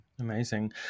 Amazing